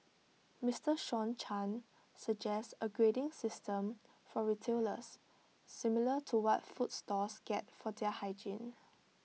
Mister Sean chan suggests A grading system for retailers similar to what food stalls get for their hygiene